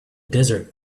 desert